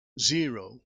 zero